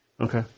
Okay